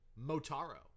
Motaro